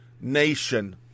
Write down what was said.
nation